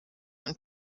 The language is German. und